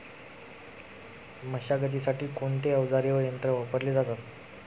मशागतीसाठी कोणते अवजारे व यंत्र वापरले जातात?